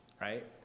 right